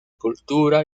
cultura